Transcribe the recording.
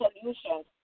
solutions